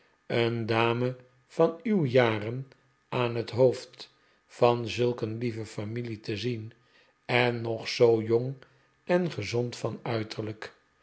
een dame van uw jaren aan het hoofd van zulk een lieve familie te zien en nog zoo jong en gezond van uiterlijk